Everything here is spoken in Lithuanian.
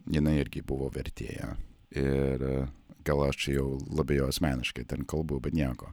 jinai irgi buvo vertėja ir gal aš jau labai jau asmeniškai ten kalbu bet nieko